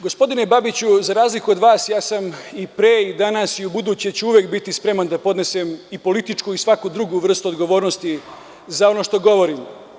Gospodine Babiću, za razliku od vas, ja sam i pre i danas i u buduće ću uvek biti spreman da podnesem i političku i svaku drugu vrstu odgovornosti za ono što govorim.